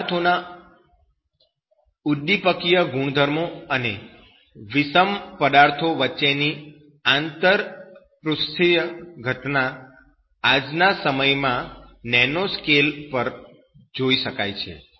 પદાર્થોના ઉદ્દીપકીય ગુણધર્મો અને વિષમ પદાર્થો વચ્ચેની આંતરપૃષ્થિય ઘટના આજના સમયમાં નેનો સ્કેલ પર જ શોધાય છે